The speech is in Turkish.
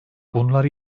bunlar